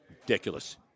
Ridiculous